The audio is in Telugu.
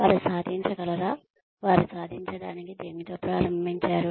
వారు సాధించగలరా వారు సాధించడానికి దేనితో ప్రారంభించారు